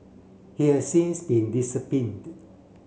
he has since been disciplined